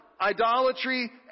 Idolatry